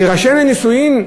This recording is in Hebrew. להירשם לנישואין,